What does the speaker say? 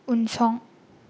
उनसं